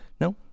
No